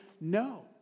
no